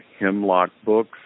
hemlockbooks